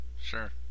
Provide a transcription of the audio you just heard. Sure